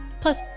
plus